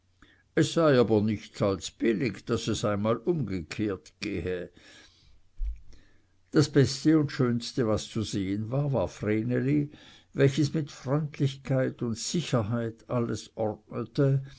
es sei aber nichts als billig daß es einmal umgekehrt gehe das beste und schönste was zu sehen war war vreneli welches mit freundlichkeit und sicherheit alles